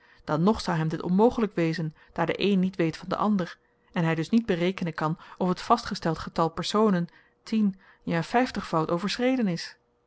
dan nog zou hem dit onmogelyk wezen daar de een niet weet van den ander en hy dus niet berekenen kan of t vastgesteld getal personen tien ja vyftigvoud overschreden is